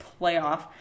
playoff